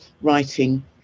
writing